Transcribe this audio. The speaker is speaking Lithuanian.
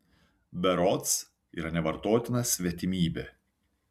berods yra nevartotina svetimybė